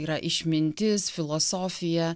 yra išmintis filosofija